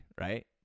right